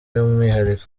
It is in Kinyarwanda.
y’umwihariko